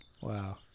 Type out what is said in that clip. Wow